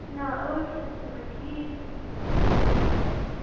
نَہ ٲٹھ شیٚتھ چھُ وَ ٹھیٖک